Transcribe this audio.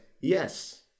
yes